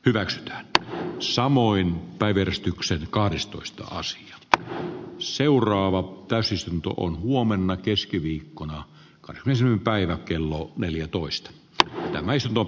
ylläksellä ja samoin päivystyksen kaunistus taas että seuraavaan täysistuntoon huomenna keskiviikkona on isänpäivä asian käsittely keskeytetään